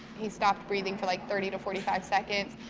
he stopped breathing for, like, thirty to forty five seconds,